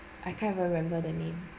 I can't even remember the name